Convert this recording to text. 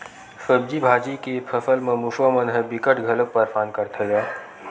सब्जी भाजी के फसल म मूसवा मन ह बिकट घलोक परसान करथे गा